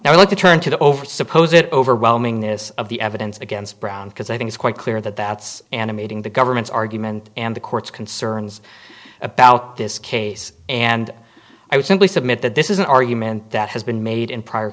me turn to the over suppose it overwhelming this of the evidence against brown because i think it's quite clear that that's animating the government's argument and the court's concerns about this case and i would simply submit that this is an argument that has been made in prior